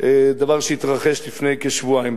דבר שהתרחש לפני כשבועיים.